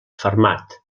fermat